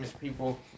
people